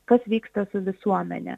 kas vyksta su visuomene